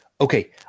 Okay